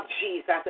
Jesus